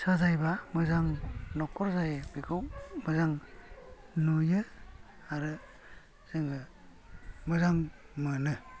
साजायब्ला मोजां नखर जायो बेखौ मोजां नुयो आरो जोङो मोजां मोनो